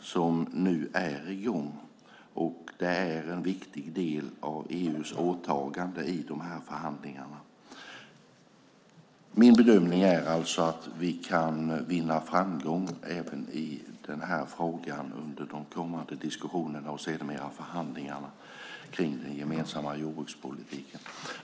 som är i gång, och det är en viktig del av EU:s åtagande i förhandlingarna. Min bedömning är alltså att vi kan vinna framgång i den här frågan under de kommande diskussionerna och förhandlingarna om den gemensamma jordbrukspolitiken.